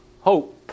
hope